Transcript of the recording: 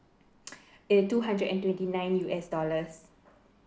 uh two hundred and twenty nine U_S dollars